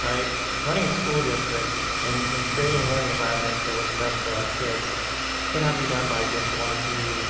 right running a school district and in creating learning environments for what's best for our kids cannot be done by just one or two